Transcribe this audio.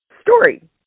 story